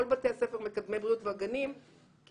כל בתי הספר מקדמי בריאות והגנים יקבלו